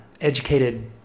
educated